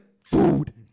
food